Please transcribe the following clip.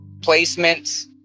placements